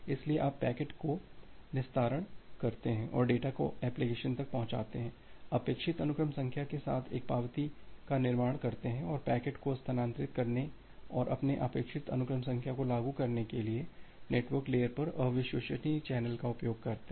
इसलिए आप पैकेट का निस्सारण करते हैं और डेटा को एप्लिकेशन तक पहुंचाते हैं अपेक्षित अनुक्रम संख्या के साथ एक पावती का निर्माण करते हैं और पैकेट को स्थानांतरित करने और अपने अपेक्षित अनुक्रम संख्या को लागू करने के लिए नेटवर्क लेयर पर अविश्वसनीय चैनल का उपयोग करते हैं